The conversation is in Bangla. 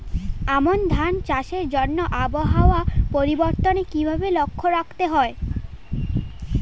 আমন ধান চাষের জন্য আবহাওয়া পরিবর্তনের কিভাবে লক্ষ্য রাখতে হয়?